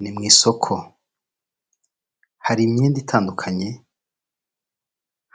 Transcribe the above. Ni mu isoko, hari imyenda itandukanye,